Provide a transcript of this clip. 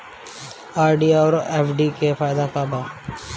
RD आउर FD के का फायदा बा?